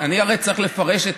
אני הרי צריך לפרש,